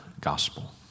gospel